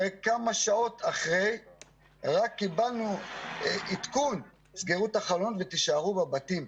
הרי רק כמה שעות אחרי קיבלנו עדכון תסגרו את החלונות ותישארו בבתים.